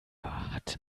hat